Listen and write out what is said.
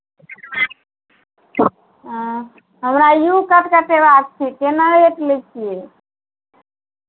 हमरा U cut कटेबाक छै केना रेट लै छियै